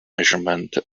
measurement